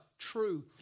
true